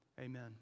Amen